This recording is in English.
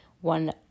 one